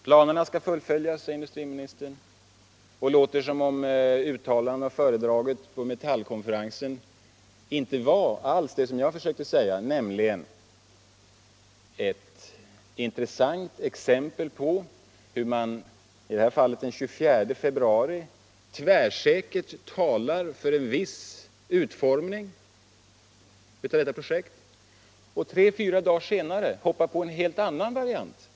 Planerna skall fullföljas, säger industriministern, och låter som om uttalandet och föredraget på metallkonferensen inte alls, som jag försökte säga, var ett intressant exempel på hur man ena dagen — i det här fallet den 24 februari — tvärsäkert talade för en viss utformning av projektet för att tre fyra dagar senare hoppa på en helt annan variant.